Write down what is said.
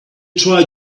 try